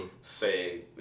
Say